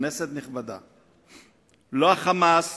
כנסת נכבדה, לא ה"חמאס"